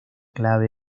clave